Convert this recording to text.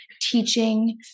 teaching